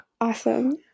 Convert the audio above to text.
Awesome